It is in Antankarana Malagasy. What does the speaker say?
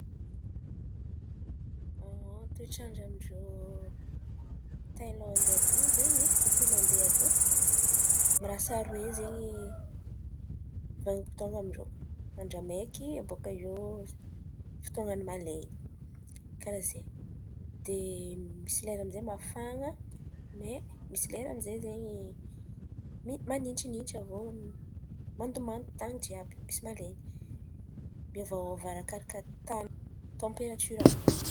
Toetrandra amin-drô Tailandy àby iô zen̈y, irô Tailandy àby iô mirasa aroe zen̈y vanim-potoan̈a amin-drô: andra maiky, baka iô fotoan̈a ny malen̈y karàha zen̈y. De misy lera amy zay mafana, may, misy leta amy zay zen̈y mi- manintsinintsy. Avô mandomando tan̈y jiàby misy malen̈y miôvaôva arakaraka tamperatiora.